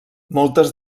moltes